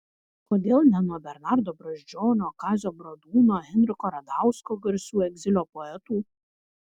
kodėl ne nuo bernardo brazdžionio kazio bradūno henriko radausko garsių egzilio poetų